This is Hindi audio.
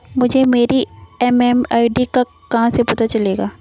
मुझे मेरी एम.एम.आई.डी का कहाँ से पता चलेगा?